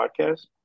Podcast